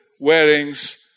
weddings